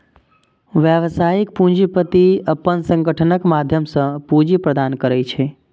व्यावसायिक पूंजीपति अपन संगठनक माध्यम सं पूंजी प्रदान करै छै